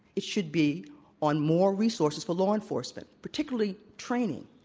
it should be on more resources for law enforcement, particularly training,